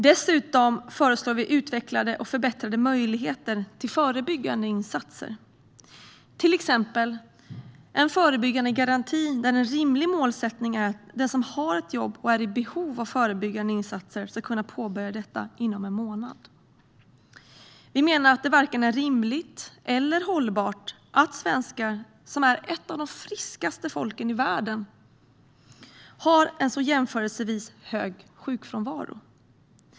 Dessutom föreslår vi utvecklade och förbättrade möjligheter till förebyggande insatser, till exempel en förebyggandegaranti där en rimlig målsättning är att den som har ett jobb och är i behov av förebyggande insatser ska kunna påbörja dessa inom en månad. Vi menar att det inte är vare sig rimligt eller hållbart att svenskarna, som är ett av de friskaste folken i världen, har så jämförelsevis hög sjukfrånvaro.